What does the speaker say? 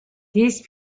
these